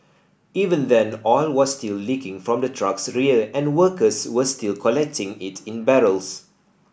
even then oil was still leaking from the truck's rear and workers were still collecting it in barrels